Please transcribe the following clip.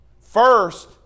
First